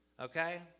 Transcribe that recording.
Okay